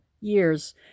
years